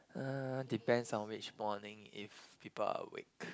uh depends on which morning if people are awake